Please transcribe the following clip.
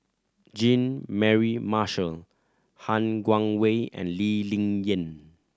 Jean Mary Marshall Han Guangwei and Lee Ling Yen